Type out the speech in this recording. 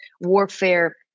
Warfare